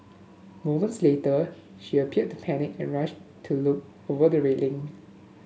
moments later she appeared to panic and rushed to look over the railing